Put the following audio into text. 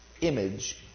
image